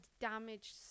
damaged